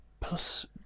plus